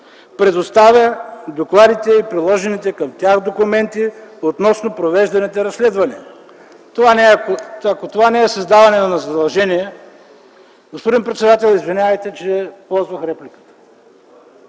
предоставя докладите и приложените към тях документи относно провежданите разследвания”. Ако това не е създаване на задължение?!... Господин председател, извинявайте, че ползвам реплика,